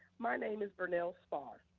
my name is vernell spar.